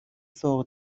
سوق